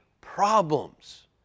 problems